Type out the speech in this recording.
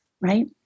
right